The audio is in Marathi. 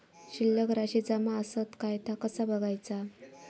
शिल्लक राशी जमा आसत काय ता कसा बगायचा?